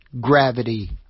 gravity